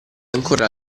ancora